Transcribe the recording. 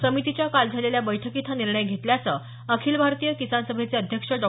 समितीच्या काल झालेल्या बैठकीत हा निर्णय घेतल्याचं अखिल भारतीय किसान सभेचे अध्यक्ष डॉ